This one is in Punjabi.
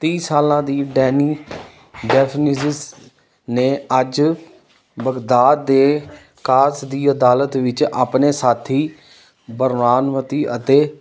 ਤੀਹ ਸਾਲਾਂ ਦੀ ਡੈਨੀ ਡੈਫਨਿਜ਼ਜ਼ ਨੇ ਅੱਜ ਬਗ਼ਦਾਦ ਦੇ ਕਾਸ ਦੀ ਅਦਾਲਤ ਵਿੱਚ ਆਪਣੇ ਸਾਥੀ ਬਰਵਾਨਵਤੀ ਅਤੇ